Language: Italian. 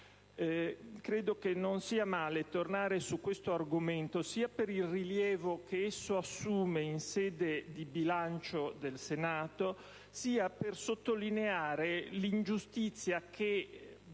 Credo sia necessario tornare su questo argomento per il rilievo che esso assume in sede di bilancio del Senato, per sottolineare l'ingiustizia che